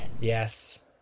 Yes